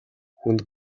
хүнд